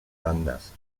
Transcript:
bandas